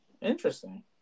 Interesting